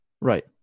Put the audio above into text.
Right